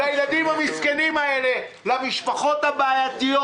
לילדים המסכנים האלה, למשפחות עם הבעיות.